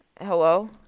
Hello